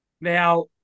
Now